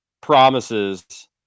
promises